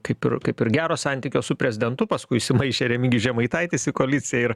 kaip ir kaip ir gero santykio su prezidentu paskui įsimaišė remigijus žemaitaitis į koaliciją ir